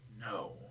no